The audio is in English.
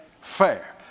fair